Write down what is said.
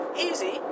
easy